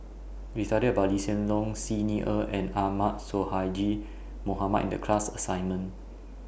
We studied about Lee Hsien Loong Xi Ni Er and Ahmad Sonhadji Mohamad in The class assignment